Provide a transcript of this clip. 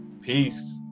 Peace